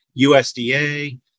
USDA